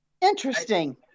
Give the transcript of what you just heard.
interesting